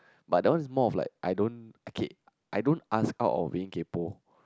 but that one is more of like I don't okay I don't ask out of being kaypo